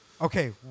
okay